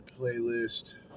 playlist